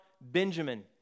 Benjamin